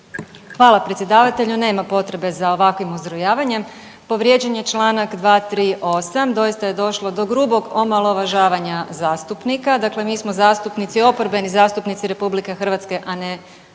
Hvala predsjedavatelju. Nema potrebe za ovakvim uzrujavanjem. Povrijeđen je čl. 238. doista je došlo do grubog omalovažavanja zastupnika, dakle mi smo zastupnici, oporbeni zastupnici RH, a ne Švicarske.